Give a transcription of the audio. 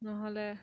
নহ'লে